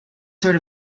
sort